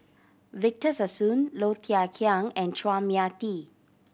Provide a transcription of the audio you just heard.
Victor Sassoon Low Thia Khiang and Chua Mia Tee